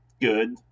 good